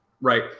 right